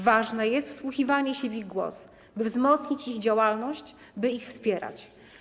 Ważne jest wsłuchiwanie się w ich głos, by wzmocnić ich działalność, by ich wspierać.